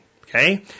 Okay